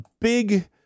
big